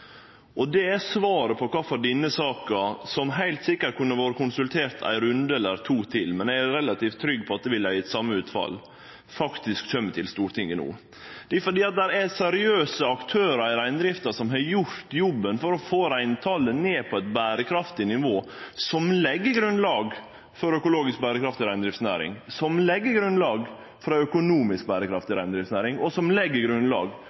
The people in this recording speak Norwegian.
Det er svaret på kvifor denne saka, som heilt sikkert kunne vore konsultert ein runde eller to til – men eg er relativt trygg på at det ville ha gjeve same utfall – faktisk kjem til Stortinget no. Det er fordi at der er seriøse aktørar i reindrifta som har gjort jobben for å få reintalet ned på eit berekraftig nivå, som legg grunnlag for ei økologisk berekraftig reindriftsnæring, som legg grunnlag for ei økonomisk berekraftig reindriftsnæring, og som legg grunnlag